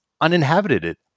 uninhabited